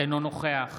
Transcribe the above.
אינו נוכח